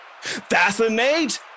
Fascinate